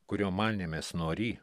kurio manėmės norį